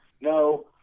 no